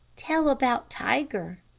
tell about tiger,